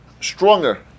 stronger